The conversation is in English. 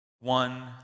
one